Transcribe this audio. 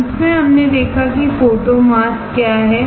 अंत में हमने देखा है कि फोटो मास्क क्या हैं